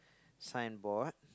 signboard